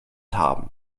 haben